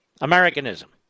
Americanism